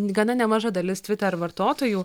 gana nemaža dalis tviter vartotojų